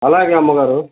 అలాగే అమ్మగారు